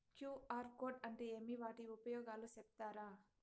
QR code అంటే ఏమి వాటి ఉపయోగాలు సెప్తారా?